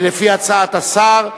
לפי הצעת השר.